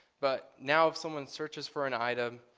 but now if someone searches for an item,